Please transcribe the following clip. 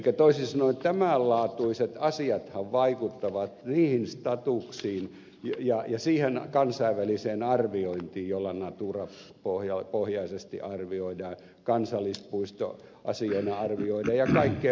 toisin sanoen tämän laatuiset asiathan vaikuttavat niihin statuksiin ja siihen kansainväliseen arviointiin joilla natura pohjaisesti arvioidaan kansallispuistoasiana arvioidaan ja kaikkea muuta